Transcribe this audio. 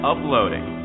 Uploading